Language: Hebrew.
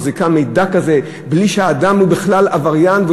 מחזיקה מידע כזה בלי שהאדם הוא עבריין בכלל,